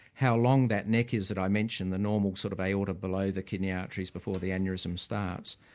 how long that neck is that i mentioned, the normal sort of aorta below the kidney arteries before the aneurysm starts.